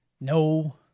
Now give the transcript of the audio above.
No